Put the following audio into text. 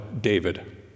David